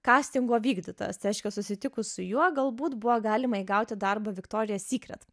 kastingo vykdytojas reiškia susitikus su juo galbūt buvo galimai gauti darbą viktorija sykret